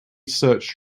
search